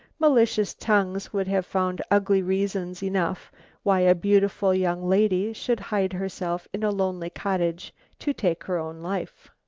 malicious tongues would have found ugly reasons enough why a beautiful young lady should hide herself in a lonely cottage to take her own life.